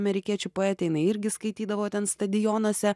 amerikiečių poetė jinai irgi skaitydavo ten stadionuose